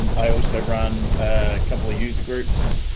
um i also run a couple of user groups.